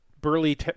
burly